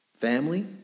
family